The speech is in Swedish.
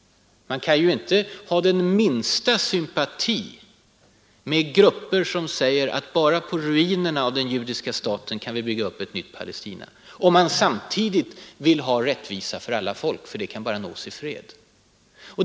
Man kan ju inte ha den minsta sympati för organisationer som säger: Bara på ruinerna av den judiska staten kan vi bygga upp ett nytt Palestina. Rättvisa åt alla folk kan man bara nå i fred.